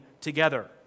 together